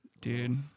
Dude